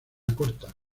corta